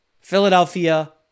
Philadelphia